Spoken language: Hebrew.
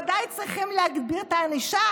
ודאי צריכים להגביר את הענישה,